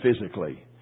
physically